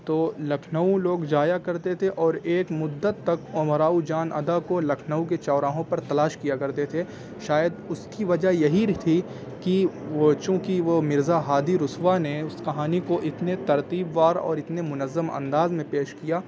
تو لکھنؤ لوگ جایا کرتے تھے اور ایک مدت تک امراؤ جان ادا کو لکھنؤ کے چوراہوں پر تلاش کیا کرتے تھے شاید اس کی وجہ یہی تھی کہ وہ چونکہ وہ مرزا ہادی رسوا نے اس کہانی کو اتنے ترتیب وار اور اتنے منظم انداز میں پیش کیا